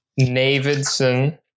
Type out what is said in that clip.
Navidson